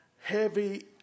heavy